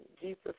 Jesus